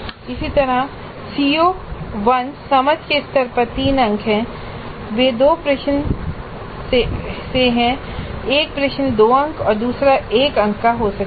इसी तरह CO1समझ के स्तर के 3अंक हैं वे दो प्रश्नों से हैं एक प्रश्न के 2 अंक हैं और दूसरे प्रश्न के 1 अंक हैं